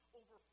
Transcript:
over